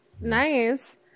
nice